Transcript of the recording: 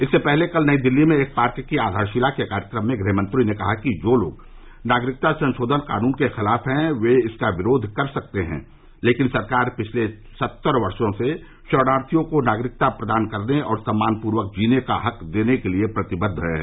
इससे पहले कल नई दिल्ली में एक पार्क की आधारशिला के कार्यक्रम में गृहमंत्री ने कहा कि जो लोग नागरिकता संशोधन कानून के खिलाफ हैं ये इसका विरोध कर सकते हैं लेकिन सरकार पिछले सत्तर वर्षो से शरणार्थियों को नागरिकता प्रदान करने और सम्मानपूर्वक जीने का हक देने के लिए प्रतिबद्ध है